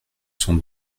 sont